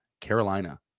Carolina